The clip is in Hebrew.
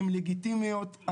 הן לגיטימיות,